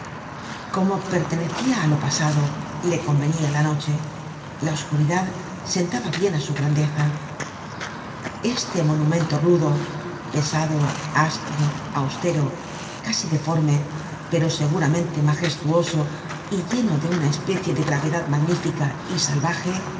como pertenecia á lo pasado le convenia la noche la oscuridad sentaba bien á su grandeza este monumento rudo pesado áspero austero casi deforme pero seguramente magestuoso y lleno de una especie de gravedad magnífica y salvaje